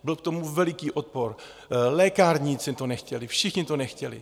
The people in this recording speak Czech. Byl k tomu veliký odpor, lékárníci to nechtěli, všichni to nechtěli.